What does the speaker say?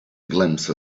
glimpse